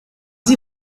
sie